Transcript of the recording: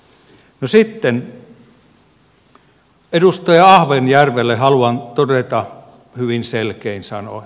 no sitten edustaja ahvenjärvelle haluan todeta hyvin selkein sanoin